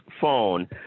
phone